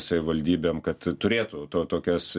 savivaldybėm kad turėtų to tokias